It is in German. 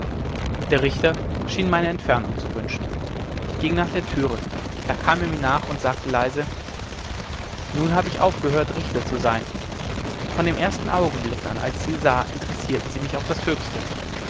der richter schien meine entfernung zu wünschen ich ging nach der türe da kam er mir nach und sagte leise nun habe ich aufgehört richter zu sein von dem ersten augenblick als ich sie sah interessierten sie mich auf das höchste